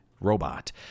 robot